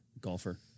Golfer